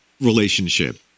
relationship